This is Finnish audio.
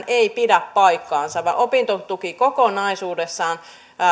ei pidä paikkaansa vaan opintotuki kokonaisuudessaan